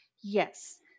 yes